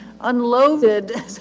unloaded